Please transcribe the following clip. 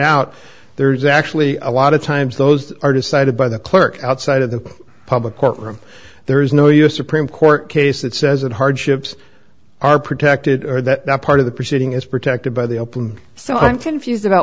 out there is actually a lot of times those are decided by the clerk outside of the public court room there is no u s supreme court case that says that hardships are protected or that part of the proceeding is protected by the open so i'm confused about